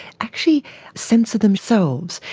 actually censor themselves.